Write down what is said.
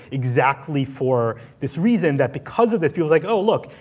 exactly for this reason, that because of this, people's like, oh look,